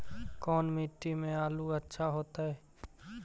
कोन मट्टी में आलु अच्छा होतै?